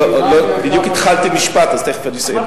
בדיוק התחלתי משפט, אז תיכף אני אסיים.